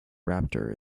raptor